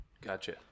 gotcha